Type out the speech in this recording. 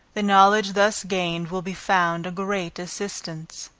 the knowledge thus gained will be found a great assistance.